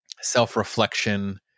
self-reflection